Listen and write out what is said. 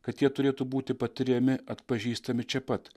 kad jie turėtų būti patiriami atpažįstami čia pat